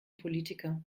politiker